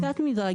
אני קצת מתרגשת.